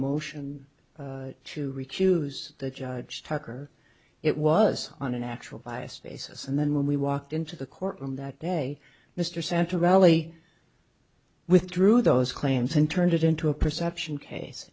motion to recuse the judge tucker it was on a natural bias basis and then when we walked into the courtroom that day mr santa rally with through those claims and turned it into a perception case